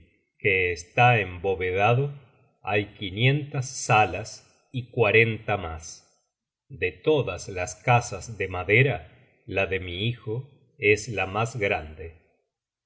que está embovedado hay quinientas salas y cuarenta mas de todas las casas de madera la de mi hijo es la mas grande